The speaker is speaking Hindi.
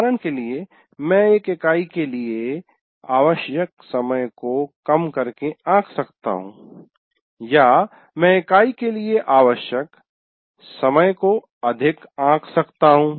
उदाहरण के लिए मैं एक इकाई के लिए आवश्यक समय को कम करके आंक सकता हूं या मैं इकाई के लिए आवश्यक समय को अधिक आंक सकता हूँ